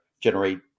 generate